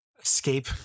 escape